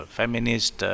feminist